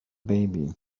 baby